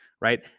right